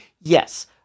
Yes